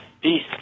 Peace